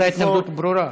הייתה התנגדות ברורה.